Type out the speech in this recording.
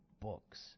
books